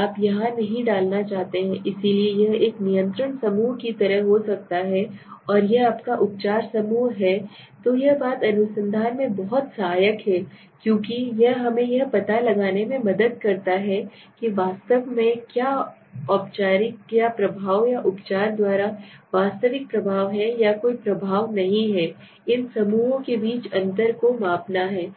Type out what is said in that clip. आप यहां नहीं डालना चाहते हैं इसलिए यह एक नियंत्रण समूह की तरह हो सकता है और यह आपका उपचार समूह हैतो यह बात अनुसंधान में बहुत सहायक है क्योंकि यह हमें यह पता लगाने में मदद करता है कि वास्तव में क्या हैउपचार का प्रभाव या उपचार द्वारा वास्तविक प्रभाव है या कोई प्रभाव नहीं है इन समूहों के बीच अंतर को मापना है